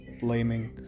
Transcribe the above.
blaming